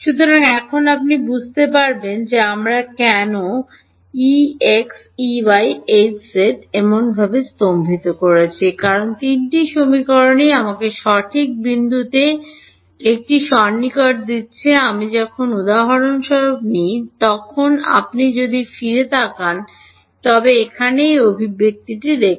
সুতরাং এখন আপনি বুঝতে পারবেন যে আমরা কেন প্রাক্তন আই এইচজেড এমনভাবে স্তম্ভিত হয়েছি কারণ তিনটি সমীকরণই আমাকে সঠিক বিন্দুতে একটি সন্নিকট দিচ্ছে আমি যখন উদাহরণস্বরূপ নিই আপনি যদি এখানে ফিরে তাকান তবে এখানে এই অভিব্যক্তিটি দেখুন